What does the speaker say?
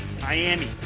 Miami